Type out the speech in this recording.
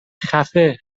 خفه